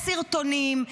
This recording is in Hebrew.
יש סרטונים,